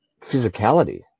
physicality